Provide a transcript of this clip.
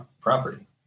property